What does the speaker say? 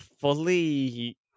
fully